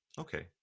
Okay